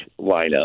lineup